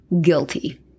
Guilty